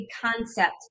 concept